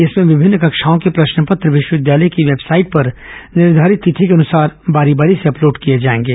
इसमें विभिन्न कक्षाओं के प्रश्नपत्र विश्वविद्यालय की वेबसाइट पर निर्धारित तिथि के अनुसार बारी बारी से अपलोड किए जाएंगे